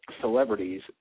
celebrities